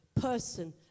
person